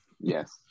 Yes